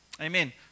Amen